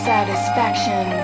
Satisfaction